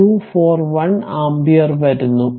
241 ampere വരുന്നു